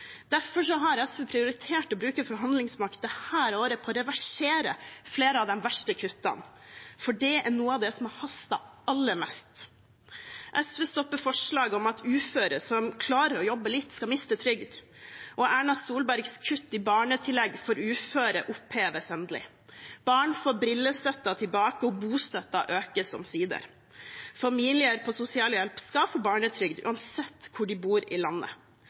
Derfor har SV prioritert å bruke forhandlingsmakt dette året på å reversere flere av de verste kuttene, for det er noe av det som haster aller mest. SV stopper forslag om at uføre som klarer å jobbe litt, skal miste trygd. Erna Solbergs kutt i barnetillegg for uføre oppheves endelig. Barn får brillestøtten tilbake, og bostøtten økes omsider. Familier på sosialhjelp skal få barnetrygd uansett hvor de bor i landet,